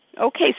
Okay